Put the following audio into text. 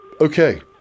Okay